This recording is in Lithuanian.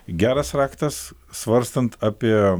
geras raktas svarstant apie